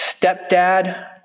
stepdad